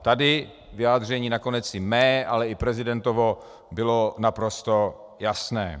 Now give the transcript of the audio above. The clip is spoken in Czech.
Tady vyjádření nakonec i mé, ale i prezidentovo bylo naprosto jasné.